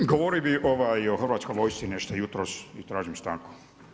Govorio bi ovaj, o Hrvatskoj vojsci nešto jutro i tražim stanku.